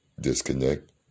disconnect